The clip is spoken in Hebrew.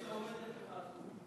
תמיד עומדת לך הזכות.